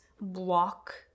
block